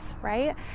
right